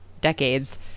decades